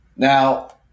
Now